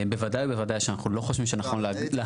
בוודאי ובוודאי אנחנו לא חושבים שנכון להחריג.